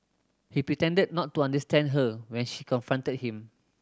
he pretended not to understand her when she confronted him